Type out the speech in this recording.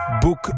Book